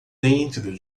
dentro